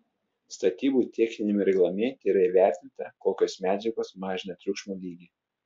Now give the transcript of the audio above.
statybų techniniame reglamente yra įvertinta kokios medžiagos mažina triukšmo lygį